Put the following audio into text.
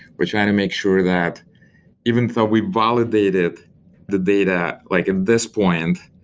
we're trying to make sure that even though we validated the data, like at this point,